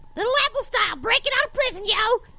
little apple style breaking out of prison, yo.